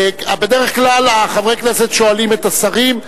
בדרך כלל חברי הכנסת שואלים את השרים,